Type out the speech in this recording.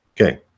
Okay